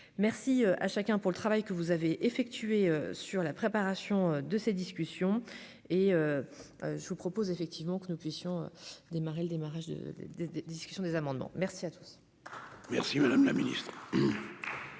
merci à chacun pour le travail que vous avez effectué sur la préparation de ces discussions et je vous propose, effectivement, que nous puissions démarrer le démarrage des discussions, des amendements, merci à tous. Merci madame la ministre,